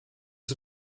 zur